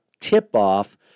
tip-off